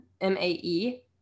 M-A-E